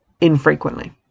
infrequently